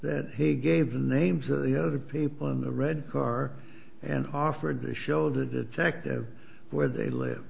that he gave the names of the other people in the red car and offered to show the detective where they live